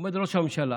עומדים ראש הממשלה